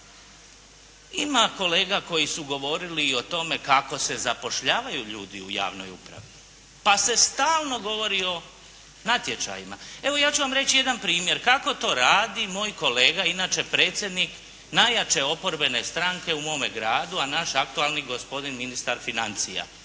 Ima kolega koji su govorili i o tome kako se zapošljavaju ljudi u javnoj upravi. Pa se stalno govori o natječajima. Evo, ja ću vam reći jedan primjer kako to radi moj kolega, inače predsjednik najjače oporbene stranke u mome gradu, a naš aktualni gospodin ministar financija.